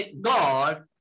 God